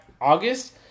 August